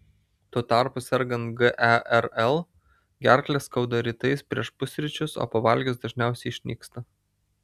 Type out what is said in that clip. tuo tarpu sergant gerl gerklę skauda rytais prieš pusryčius o pavalgius dažniausiai išnyksta